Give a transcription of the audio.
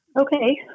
Okay